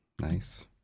nice